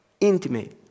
intimate